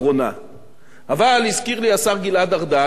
אבל הזכיר לי השר גלעד ארדן שזאת בעצם הפעם הרביעית,